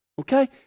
okay